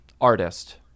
Artist